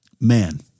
man